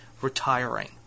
retiring